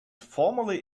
formerly